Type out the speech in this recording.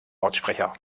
lautsprecher